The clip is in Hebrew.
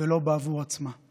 ולא בעבור עצמה.